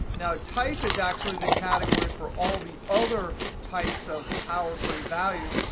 now type is actually the category for all the other types of power query values,